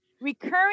recurring